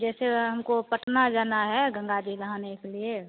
जैसे हमको पटना जाना है गंगा जी नहाने के लिए